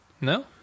No